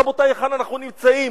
רבותי, היכן אנחנו נמצאים?